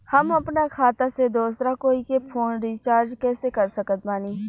हम अपना खाता से दोसरा कोई के फोन रीचार्ज कइसे कर सकत बानी?